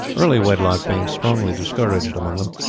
early wedlock being strongly discouraged among them.